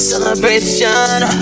Celebration